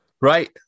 Right